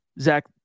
Zach